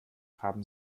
haben